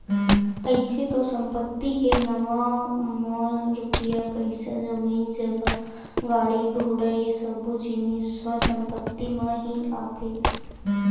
अइसे तो संपत्ति के नांव म रुपया पइसा, जमीन जगा, गाड़ी घोड़ा ये सब्बो जिनिस ह संपत्ति म ही आथे